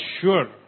sure